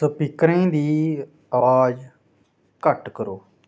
स्पीकरें दी अवाज घट्ट करो